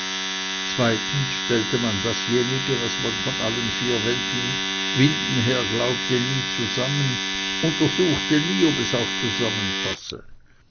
zweitens stellte man dasjenige was man von allen vier winden her glaubte nie zusammen untersuchte nie ob es auch zusammenpasse